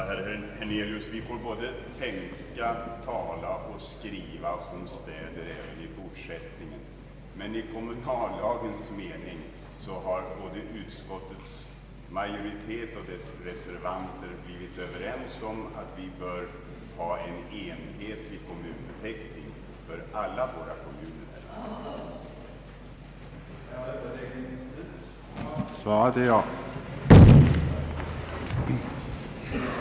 Herr talman! Vi får både tänka, tala och skriva om städer även i fortsättningen, herr Hernelius. Men både utskottets majoritet och dess reservanter har blivit överens om att vi i kommunallagens mening bör ha en enhetlig kommunbeteckning för alla våra kommuner här i landet.